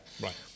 Right